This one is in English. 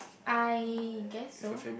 I guess so